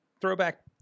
Throwback